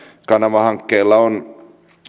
kanavahankkeilla on